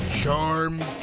Charm